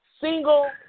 single